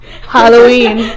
Halloween